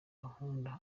ankunda